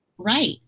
Right